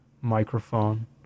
Microphone